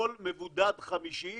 כל מבודד חמישי